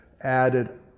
added